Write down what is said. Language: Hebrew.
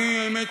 האמת,